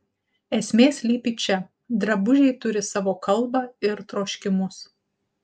esmė slypi čia drabužiai turi savo kalbą ir troškimus